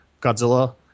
Godzilla